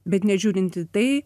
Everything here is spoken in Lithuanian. bet nežiūrint į tai